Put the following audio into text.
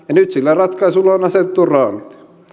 nyt sille ratkaisulle on asetettu raamit